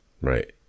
right